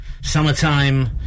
summertime